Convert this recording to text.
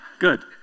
good